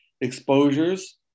exposures